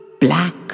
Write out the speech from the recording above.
black